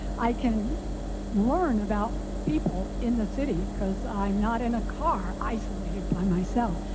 i can learn about people in the city because i'm not in a car isolated by myself.